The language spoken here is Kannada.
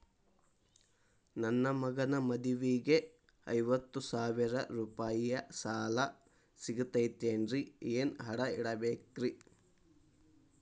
ನನ್ನ ಮಗನ ಮದುವಿಗೆ ಐವತ್ತು ಸಾವಿರ ರೂಪಾಯಿ ಸಾಲ ಸಿಗತೈತೇನ್ರೇ ಏನ್ ಅಡ ಇಡಬೇಕ್ರಿ?